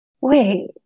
Wait